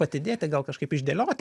atidėti gal kažkaip išdėlioti